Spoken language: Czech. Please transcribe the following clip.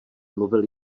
mluvil